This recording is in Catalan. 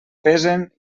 pesen